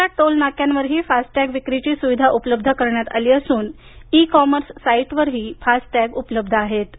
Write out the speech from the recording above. देशभरात टोल नाक्यांवरही फास्टॅग विक्रीची सुविधा उपलब्ध करण्यात आली असून ई कॉमर्स साईट्सवरही फास्टॅग उपलब्ध आहेत